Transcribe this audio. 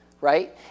right